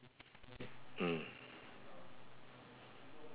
mm